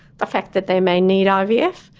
the fact that they may need ivf,